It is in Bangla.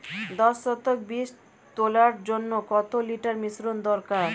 দশ শতক বীজ তলার জন্য কত লিটার মিশ্রন দরকার?